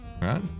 right